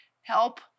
help